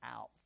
out